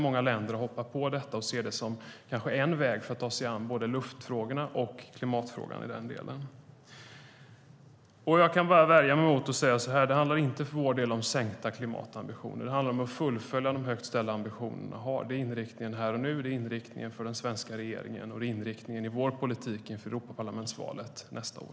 Många länder har hoppat på detta och ser det som en väg att ta sig an både luftfrågorna och klimatfrågan i denna del. För vår del handlar det inte om sänkta klimatambitioner. Det handlar om att fullfölja de högt ställda ambitioner vi har. Det är inriktningen här och nu, det är inriktningen för den svenska regeringen och det är inriktningen i vår politik inför Europaparlamentsvalet nästa år.